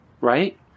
Right